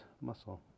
muscle